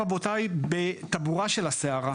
רבותי, אנחנו נמצאים בטבורה של הסערה,